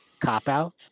cop-out